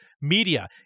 media